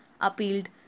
appealed